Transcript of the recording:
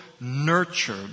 nurtured